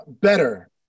better